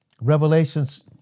Revelations